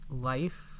life